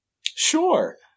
Sure